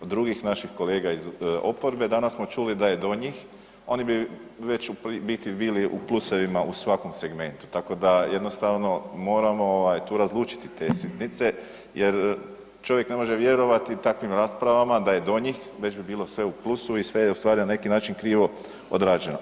Od drugih naših kolega iz oporbe danas smo čuli da je do njih oni bi već u biti bili u plusevima u svakom segmentu, tako da jednostavno moramo ovaj tu razlučiti te sitnice jer čovjek ne može vjerovati takvim raspravama da je do njih već bi bilo sve u plusu i sve je u stvari na neki način krivo odrađeno.